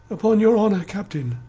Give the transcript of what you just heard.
upon your honour, captain.